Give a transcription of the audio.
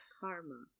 Karma